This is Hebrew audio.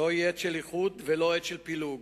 זוהי עת של איחוד ולא עת של פילוג,